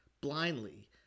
blindly